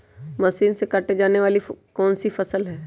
Machine से काटे जाने वाली कौन सी फसल है?